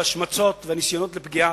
וההשמצות והניסיונות לפגיעה.